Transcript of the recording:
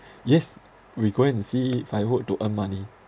yes we go and see firework to earn money